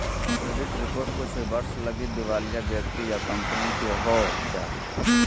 credit report कुछ वर्ष लगी दिवालिया व्यक्ति या कंपनी के हो जा हइ